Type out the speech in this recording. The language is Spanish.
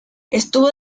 estuvo